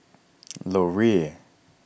Laurier